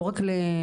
לא רק לנוער,